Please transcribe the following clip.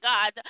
God